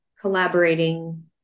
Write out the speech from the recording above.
collaborating